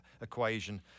equation